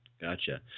Gotcha